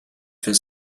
for